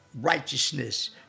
righteousness